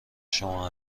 شما